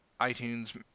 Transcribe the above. iTunes